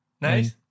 Nice